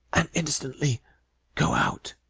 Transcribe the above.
and instantly go out.